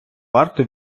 варто